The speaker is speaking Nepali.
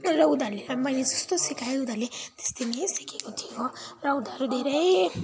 र उनीहरूले मैले जस्तो सिकाएँ उनीहरूले त्यस्तै नै सिकेको थियो र उनीहरू धेरै